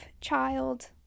child